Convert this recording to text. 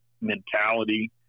mentality